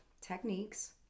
techniques